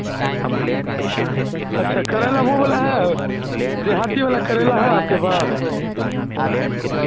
اچھا کریلا وہ والا ہے دیہاتی والا کریلا ہے آپ کے پاس